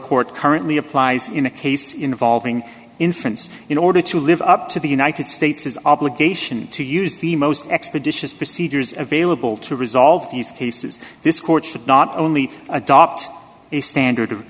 court currently applies in a case involving infants in order to live up to the united states his obligation to use the most expeditious procedures available to resolve these cases this court should not only adopt a standard